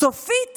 סופית